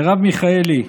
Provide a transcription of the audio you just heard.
מרב מיכאלי,